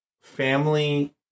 family